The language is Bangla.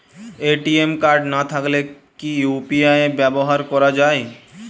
এ.টি.এম কার্ড না থাকলে কি ইউ.পি.আই ব্যবহার করা য়ায়?